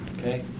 okay